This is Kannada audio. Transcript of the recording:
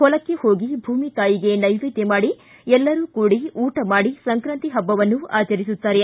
ಹೊಲಕ್ಕೆ ಹೋಗಿ ಭೂಮಿ ತಾಯಿಗೆ ನೈವೇದ್ಯ ಮಾಡಿ ಎಲ್ಲರೂ ಕೂಡಿ ಊಟ ಮಾಡಿ ಸಂಕ್ರಾಂತಿ ಹಬ್ಬವನ್ನು ಆಚರಿಸುತ್ತಾರೆ